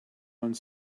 one